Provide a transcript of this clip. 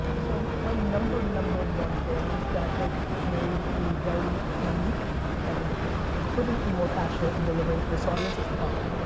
so my number, number one thing that i think may be very unique and couldn't be more passionate in delivering to this audience is the following.